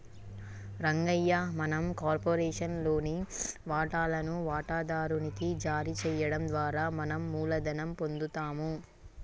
రంగయ్య మనం కార్పొరేషన్ లోని వాటాలను వాటాదారు నికి జారీ చేయడం ద్వారా మనం మూలధనం పొందుతాము